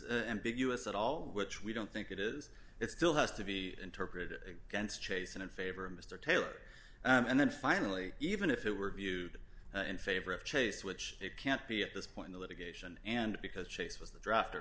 is big us at all which we don't think it is it still has to be interpreted against chase and in favor of mr taylor and then finally even if it were viewed in favor of chase which it can't be at this point the litigation and because chase was the draft